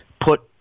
put